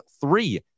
three